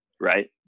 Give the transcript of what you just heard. right